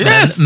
Yes